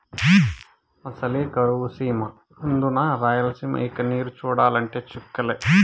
అసలే కరువు సీమ అందునా రాయలసీమ ఇక నీరు చూడాలంటే చుక్కలే